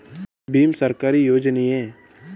ಭೀಮ್ ಸರ್ಕಾರಿ ಅರ್ಜಿಯೇ?